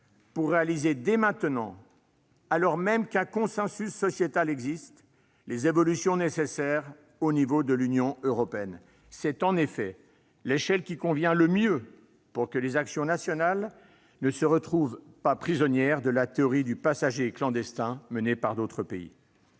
pour réaliser dès maintenant, alors même qu'un consensus sociétal existe, les évolutions nécessaires à l'échelon de l'Union européenne ; c'est en effet celui qui convient le mieux pour que les actions nationales ne se retrouvent pas prisonnières de l'attitude du passager clandestin adoptée par d'autres pays.